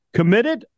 committed